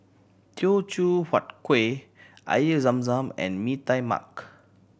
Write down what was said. Teochew Huat Kueh Air Zam Zam and Mee Tai Mak